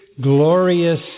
glorious